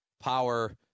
Power